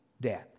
death